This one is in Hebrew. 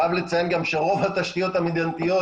אני חייב לציין גם שרוב התשתיות המדינתיות,